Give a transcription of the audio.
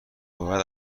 باید